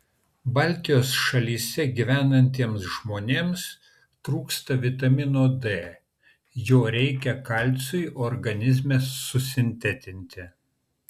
baltijos šalyse gyvenantiems žmonėms trūksta vitamino d jo reikia kalciui organizme susintetinti